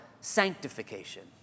sanctification